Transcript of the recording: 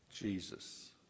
Jesus